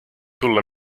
sulle